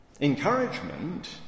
Encouragement